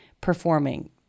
performing